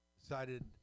decided